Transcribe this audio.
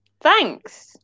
Thanks